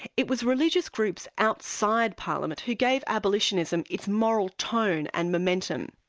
it was religious groups outside parliament who gave abolitionism its moral tone and momentum.